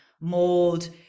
mold